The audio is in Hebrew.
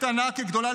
קטנה כגדולה,